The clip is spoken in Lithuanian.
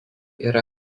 yra